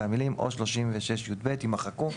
והמילים "או 36יב" יימחקו.